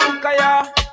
Kaya